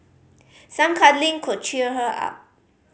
some cuddling could cheer her up